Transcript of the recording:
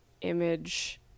image